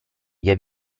via